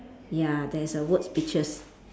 ya there is a word peaches